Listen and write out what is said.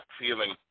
feeling